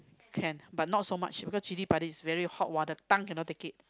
can but not so much because chili-padi is very hot !wah! the tongue cannot take it